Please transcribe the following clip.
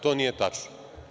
To nije tačno.